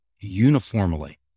uniformly